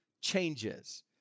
changes